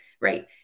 right